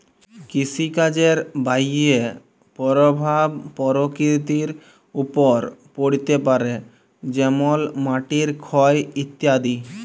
কৃষিকাজের বাহয়ে পরভাব পরকৃতির ওপর পড়তে পারে যেমল মাটির ক্ষয় ইত্যাদি